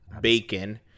bacon